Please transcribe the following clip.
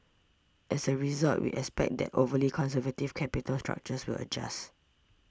as a result we expect that overly conservative capital structures will adjust